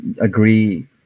agree